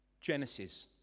Genesis